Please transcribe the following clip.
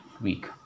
week